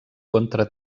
contra